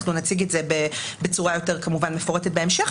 אנחנו נציג את זה בצורה יותר מפורטת בהמשך.